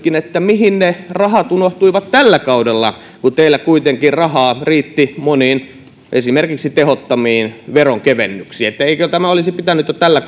mihin ne rahat unohtuivat tällä kaudella kun teillä kuitenkin rahaa riitti esimerkiksi moniin tehottomiin verenkevennyksiin eikö tämä olisi pitänyt jo tällä